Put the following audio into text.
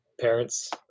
parents